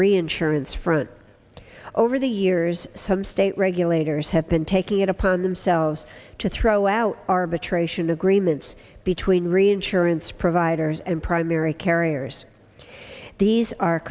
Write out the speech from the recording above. reinsurance front over the years some state regulators have been taking it upon themselves to throw out arbitration agreements between reinsurance providers and primary carriers these are